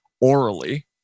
orally